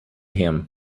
him